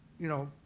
you know,